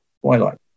Twilight